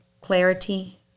clarity